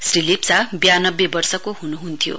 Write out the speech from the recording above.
श्री लेप्चा व्यानब्बे वर्षको हुनुहुन्थ्यो